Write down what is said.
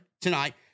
tonight